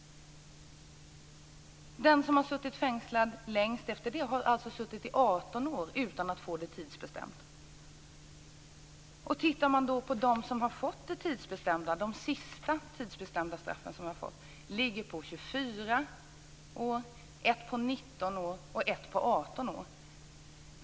Den som suttit fängslad längst efter det har alltså suttit fängslad i 18 år utan att få straffet tidsbestämt. När det gäller de senaste tidsbestämda straffen handlar det om 24 år. Vidare ligger ett på 19 år och ett på 18 år.